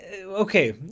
okay